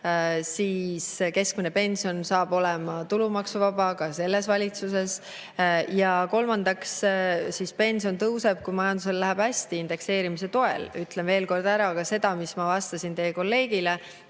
keskmine pension saab olema tulumaksuvaba ka selle valitsuse ajal. Kolmandaks, pension tõuseb, kui majandusel läheb hästi, indekseerimise toel. Ütlen veel kord ära ka selle, mida ma vastasin teie kolleegile,